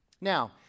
Now